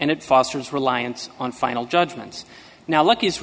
and it fosters reliance on final judgments now luck